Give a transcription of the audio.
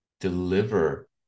deliver